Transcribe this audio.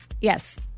Yes